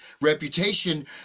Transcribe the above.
reputation